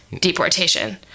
deportation